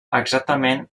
exactament